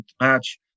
match